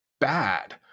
bad